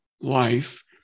life